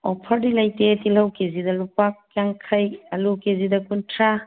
ꯑꯣꯐꯔꯗꯤ ꯂꯩꯇꯦ ꯇꯤꯜꯍꯧ ꯀꯦꯖꯤꯗ ꯂꯨꯄꯥ ꯌꯥꯡꯈꯩ ꯑꯜꯂꯨ ꯀꯦꯖꯤꯗ ꯀꯨꯟꯊ꯭ꯔꯥ